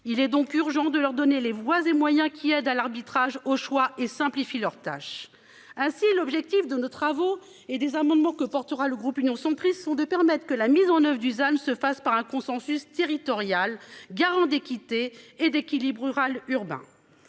Il est donc urgent de leur donner les voies et moyens qui aide à l'arbitrage au choix et simplifier leur tâche ainsi l'objectif de nos travaux et des amendements que portera le groupe Union centriste sont de permettre que la mise en oeuvre Dusan se fasse par un consensus territorial garant d'équité et d'équilibre rural urbain.